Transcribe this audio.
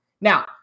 Now